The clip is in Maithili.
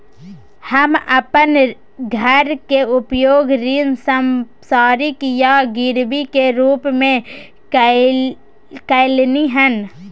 हम अपन घर के उपयोग ऋण संपार्श्विक या गिरवी के रूप में कलियै हन